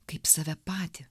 kaip save patį